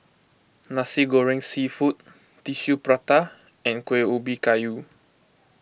Nasi Goreng Seafood Tissue Prata and Kuih Ubi Kayu